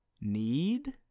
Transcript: need